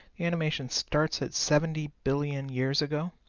animation starts at seventy billion years ago,